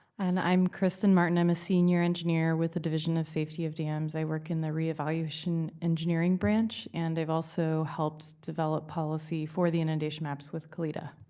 and i'm kristen martin. i'm a senior engineer with the division of safety of dams. i work in the re-evaluation engineering branch, and i've also helped develop policy for the inundation maps with khalida.